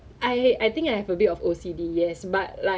err 里面有那个 thermometer